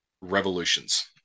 revolutions